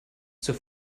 zur